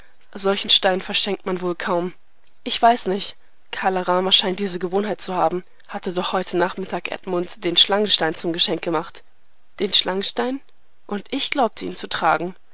solchen stein verschenkt man wohl kaum ich weiß nicht kala rama scheint diese gewohnheit zu haben hat er doch heute nachmittag edmund den schlangenstein zum geschenk gemacht den schlangenstein und ich glaubte ihn zu tragen